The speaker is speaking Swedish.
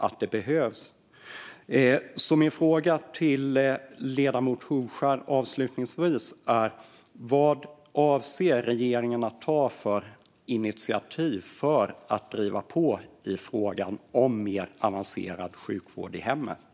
Min fråga till ledamoten Hovskär är därför avslutningsvis: Vad avser regeringen att ta för initiativ för att driva på i frågan om mer avancerad sjukvård i hemmet?